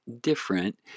different